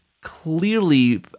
clearly